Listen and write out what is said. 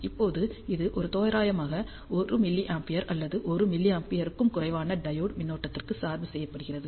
இப்போது இது தோராயமாக 1 mA அல்லது 1 mA க்கும் குறைவான டையோடு மின்னோட்டத்திற்கு சார்பு செய்யப்படுகிறது